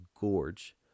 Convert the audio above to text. gorge